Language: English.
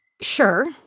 Sure